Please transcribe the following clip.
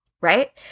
Right